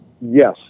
Yes